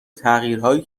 تغییرهایی